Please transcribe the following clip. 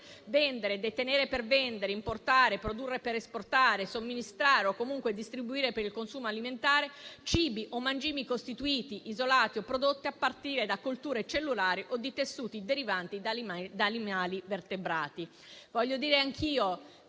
vendere, detenere per vendere, importare, produrre per esportare, somministrare o comunque distribuire per il consumo alimentare cibi o mangimi costituiti, isolati o prodotti a partire da colture cellulari o di tessuti derivanti da animali vertebrati.